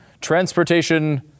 transportation